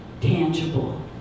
tangible